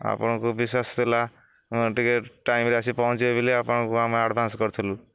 ଆପଣଙ୍କୁ ବିଶ୍ୱାସ ଥିଲା ଟିକେ ଟାଇମରେ ଆସି ପହଞ୍ଚିବେ ବୋଲି ଆପଣଙ୍କୁ ଆମେ ଆଡ଼ଭାନ୍ସ କରିଥିଲୁ